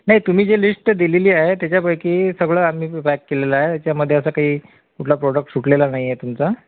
नाही तुम्ही जी लिस्ट दिलेली आहे त्याच्यापैकी सगळं आम्ही पॅक केलेलं आहे त्याच्यामध्ये असं काही कुठला प्रॉडक्ट सुटलेला नाही आहे तुमचा